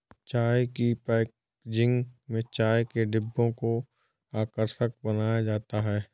चाय की पैकेजिंग में चाय के डिब्बों को आकर्षक बनाया जाता है